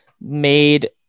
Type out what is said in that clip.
made